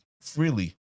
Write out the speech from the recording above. freely